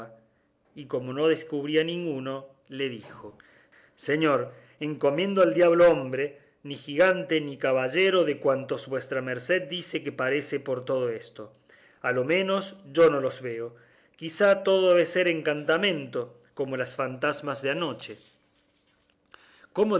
y como no descubría a ninguno le dijo señor encomiendo al diablo hombre ni gigante ni caballero de cuantos vuestra merced dice parece por todo esto a lo menos yo no los veo quizá todo debe ser encantamento como las fantasmas de anoche cómo